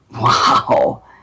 Wow